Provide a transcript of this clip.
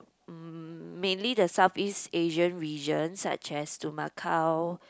mm mainly the Southeast-Asian region such as to Macau